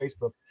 facebook